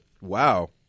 wow